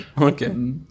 Okay